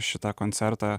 šitą koncertą